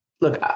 Look